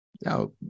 Now